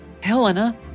Helena